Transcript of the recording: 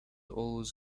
always